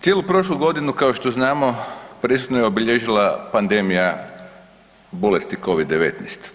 Cijelu prošlu godinu kao što znamo, presudno je obilježila pandemija bolesti COVID-19.